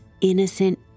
innocent